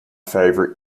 favourite